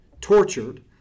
tortured